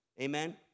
amen